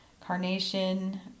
Carnation